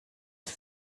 sie